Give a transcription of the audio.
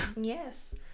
Yes